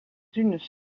unes